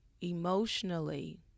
emotionally